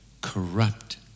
corrupt